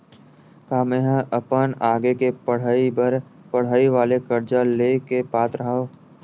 का मेंहा अपन आगे के पढई बर पढई वाले कर्जा ले के पात्र हव?